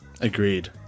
Agreed